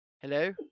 Hello